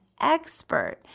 expert